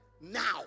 now